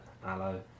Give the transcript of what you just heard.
hello